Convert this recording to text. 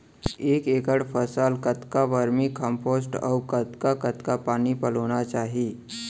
एक एकड़ फसल कतका वर्मीकम्पोस्ट अऊ कतका कतका पानी पलोना चाही?